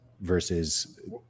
versus